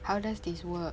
how does this work